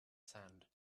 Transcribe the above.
sand